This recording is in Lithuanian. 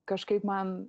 kažkaip man